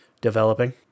developing